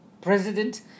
president